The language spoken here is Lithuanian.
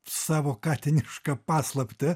savo katinišką paslaptį